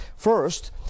first